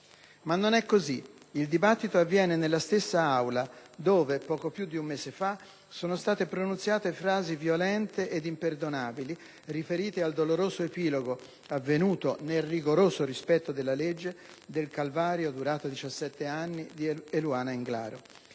Ma non è così, il dibattito avviene nella stessa Aula dove - poco più di un mese fa - sono state pronunziate frasi violente ed imperdonabili riferite al doloroso epilogo, avvenuto nel rigoroso rispetto della legge, del calvario, durato diciassette anni, di Eluana Englaro.